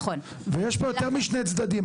ויש פה יותר משני צדדים,